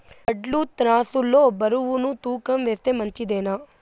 వడ్లు త్రాసు లో బరువును తూకం వేస్తే మంచిదేనా?